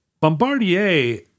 Bombardier